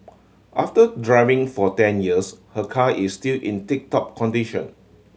after driving for ten years her car is still in tip top condition